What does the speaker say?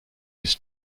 his